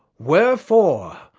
wherefore,